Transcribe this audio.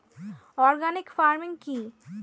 Organic farming কি?